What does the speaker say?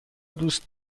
دوست